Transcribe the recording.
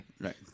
Right